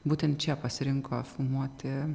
būtent čia pasirinko filmuoti